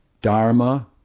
Dharma